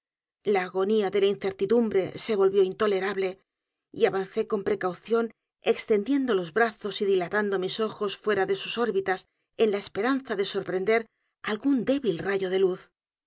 la agonía de la incertidumbre se volvió intolerable y avancé con precaución extendiendo los brazos y dilatando mis ojos fuera de sus órbitas en la esperanza de sorprender algún débil rayo de luz